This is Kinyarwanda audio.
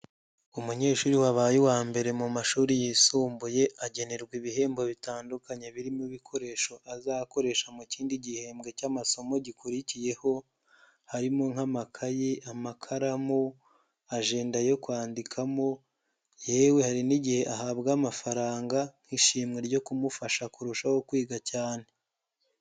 Umunyeshuri wabaye uwa mbere mu mashuri yisumbuye agenerwa ibihembo bitandukanye birimo ibikoresho azakoresha mu kindi gihembwe cy'amasomo gikurikiyeho, harimo nk'amakayi, amakaramu, ajenda yo kwandikamo, yewe hari n'igihe ahabwa amafaranga nk'ishimwe ryo kumufasha kurushaho kwiga cyane.